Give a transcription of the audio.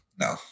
No